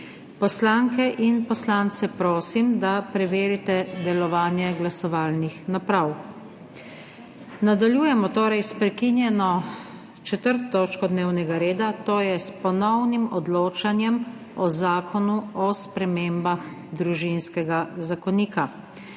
Poslanke in poslance prosim, da preverite delovanje glasovalnih naprav. Nadaljujemo torej s prekinjeno 4. točko dnevnega reda - s ponovnim odločanjem o Zakonu o spremembah Družinskega zakonika.